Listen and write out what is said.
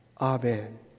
Amen